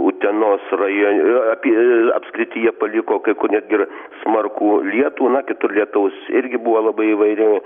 utenos rajo apie apskrityje paliko kai kur netgi ir smarkų lietų na kitur lietaus irgi buvo labai įvairiai